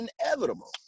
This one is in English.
inevitable